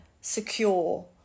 secure